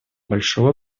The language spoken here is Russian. большого